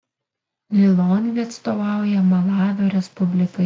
lilongvė atstovauja malavio respublikai